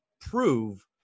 prove